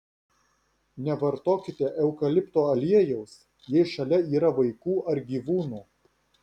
nevartokite eukalipto aliejaus jei šalia yra vaikų ar gyvūnų